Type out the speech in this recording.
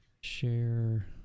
Share